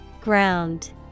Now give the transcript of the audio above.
Ground